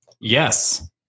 Yes